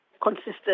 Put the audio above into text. consistent